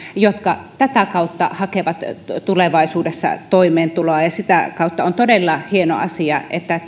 jotka tätä kautta hakevat tulevaisuudessa toimeentuloa sitä kautta on todella hieno asia että